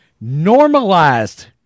normalized